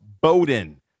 Bowden